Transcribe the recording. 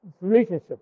relationship